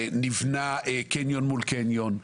נבנה קניון מול קניון.